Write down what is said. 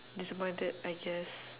disappointed I guess